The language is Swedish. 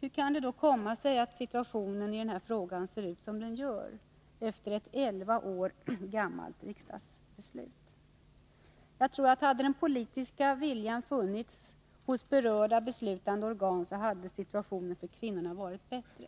Hur kan det då komma sig att situationen ser ut som den gör efter ett elva år gammalt riksdagsbeslut? Hade den politiska viljan funnits hos berörda beslutande organ, hade situationen för kvinnorna varit bättre.